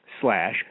slash